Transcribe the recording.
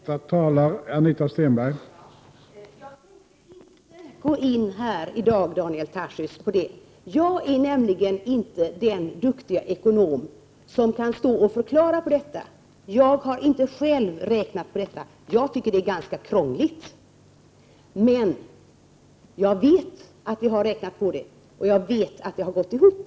Herr talman! Jag tänker inte gå in på detta här i dag, Daniel Tarschys. Jag är nämligen inte den duktiga ekonom som skulle kunna stå här och förklara detta. Jag har själv inte räknat på det, och jag tycker att det är ganska krångligt. Jag vet dock att vi har räknat på det, och jag vet att det har gått ihop.